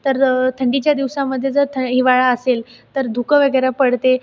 तर थंडीच्या दिवसामध्ये जर इथं हिवाळा असेल तर धुकं वगैरे पडते